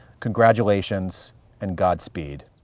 congratulations and godspeed.